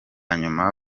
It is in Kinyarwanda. nyuma